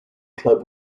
club